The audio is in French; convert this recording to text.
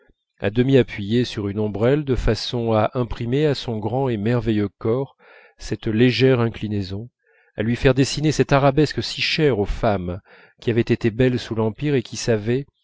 à demi appuyée sur une ombrelle de façon à imprimer à son grand et merveilleux corps cette légère inclinaison à lui faire dessiner cette arabesque si chère aux femmes qui avaient été belles sous l'empire et qui savaient